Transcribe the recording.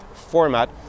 format